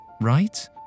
Right